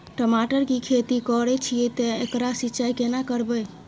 टमाटर की खेती करे छिये ते एकरा सिंचाई केना करबै?